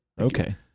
Okay